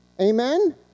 Amen